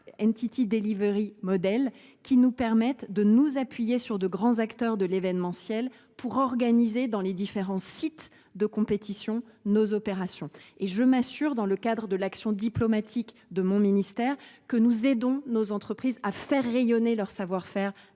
celui des EDE, les, qui nous permet de nous appuyer sur de grands acteurs de l’événementiel pour organiser nos opérations dans les différents sites de compétition. En outre, je m’assure, dans le cadre de l’action diplomatique de mon ministère, que nous aidons nos entreprises à faire rayonner leur savoir faire